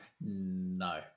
No